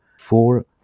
four